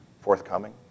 forthcoming